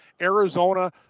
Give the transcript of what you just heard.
Arizona